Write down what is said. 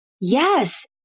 Yes